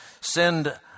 send